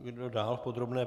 Kdo dál v podrobné?